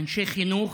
אנשי חינוך,